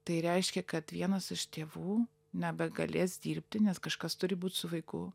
tai reiškia kad vienas iš tėvų nebegalės dirbti nes kažkas turi būt su vaiku